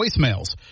voicemails